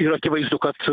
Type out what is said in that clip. ir akivaizdu kad